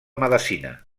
medicina